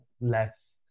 less